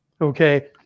okay